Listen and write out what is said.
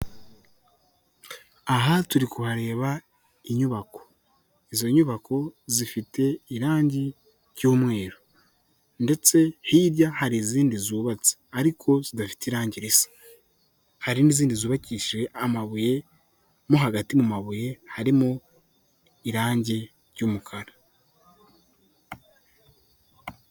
Aha turi kuhareba inyubako, izo nyubako zifite irangi ry'umweru ndetse hirya hari izindi zubatse ariko zidafite irangi, hari n'izindi zubakishije amabuye mo hagati mu mabuye harimo irangi ry'umukara.